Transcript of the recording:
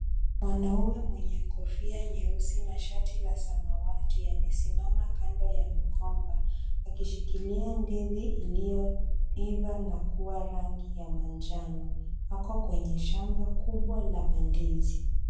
Mwanaume mwenye kofia nyeusi na shati la samawati amesimama kando ya mgomba, akishikilia ndizi iliyoiva na kuwa rangi ya manjano. Ako kwenye shamba kubwa la mandizi.